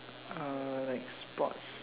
uh like sports